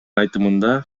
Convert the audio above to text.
айтымында